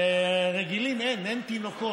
ורגילים אין, אין תינוקות.